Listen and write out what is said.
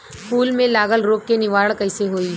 फूल में लागल रोग के निवारण कैसे होयी?